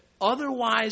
otherwise